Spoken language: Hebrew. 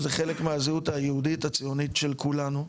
זה חלק מהזהות היהודית הציונית של כולנו.